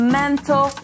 mental